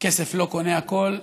כסף לא קונה הכול,